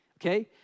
Okay